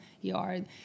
yard